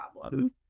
problem